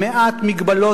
מעט מגבלות,